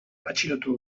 atxilotu